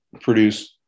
produce